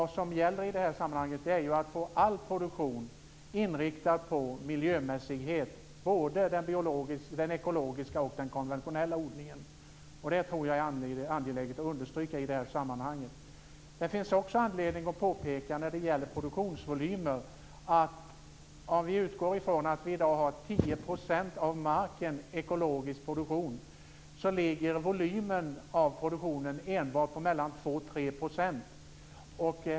Det gäller att få all produktion i det här sammanhanget inriktad på miljömässighet, både den ekologiska och den konventionella odlingen. Jag tror att det är angeläget att understryka det i detta sammanhang. Det finns också när det gäller produktionsvolymer anledning att understryka att om vi utgår från att vi i dag har 10 % av marken i ekologisk produktion, ligger volymen av den produktionen på endast mellan 2 och 3 %.